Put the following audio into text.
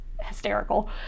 hysterical